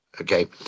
okay